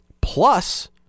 Plus